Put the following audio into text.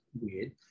weird